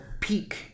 peak